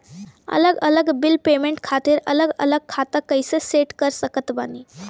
अलग अलग bill payment खातिर अलग अलग खाता कइसे सेट कर सकत बानी?